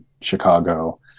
Chicago